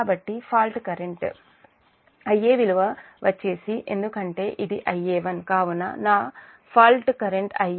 కాబట్టి fault current Ia విలువ వచ్చేసి ఎందుకంటే ఇది Ia1 కావున నా ఫాల్ట్ కరెంట్ Ia విలువ 3Ia1